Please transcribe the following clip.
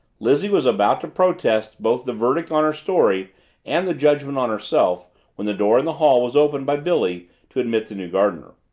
lizzie was about to protest both the verdict on her story and the judgment on herself when the door in the hall was opened by billy to admit the new gardener.